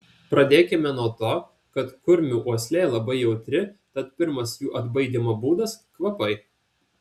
pradėkime nuo to kad kurmių uoslė labai jautri tad pirmas jų atbaidymo būdas kvapai